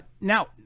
now